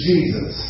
Jesus